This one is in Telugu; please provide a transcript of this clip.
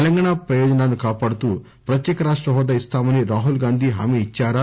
తెలంగాణ ప్రయోజనాలను కాపాడుతూ ప్రత్యేక రాష్ట హోదా ఇస్తామని రాహుల్ గాంధీ హామీ ఇచ్సారా